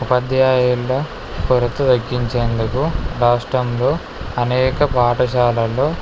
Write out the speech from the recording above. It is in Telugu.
ఉపాధ్యాయుల కొరత తగ్గించేందుకు రాష్ట్రంలో అనేక పాఠశాలలో